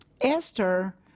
Esther